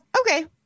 Okay